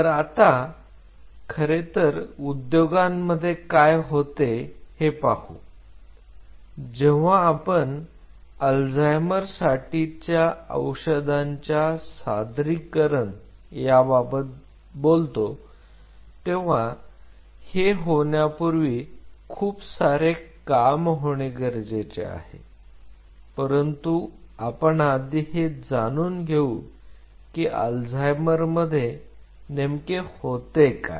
तर आता खरे उद्योगांमध्ये काय होते हे पाहू जेव्हा आपण अल्झायमर साठीच्या औषधांच्या सादरीकरण याबाबत बोलतो तेव्हा हे होण्यापूर्वी खूप सारे काम होणे गरजेचे आहे परंतु आपण आधी हे जाणून घेऊ की अल्जाइमर मध्ये नेमके होते काय